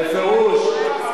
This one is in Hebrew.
בפירוש.